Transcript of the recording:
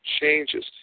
changes